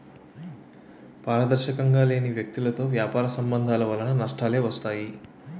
పారదర్శకంగా లేని వ్యక్తులతో వ్యాపార సంబంధాల వలన నష్టాలే వస్తాయి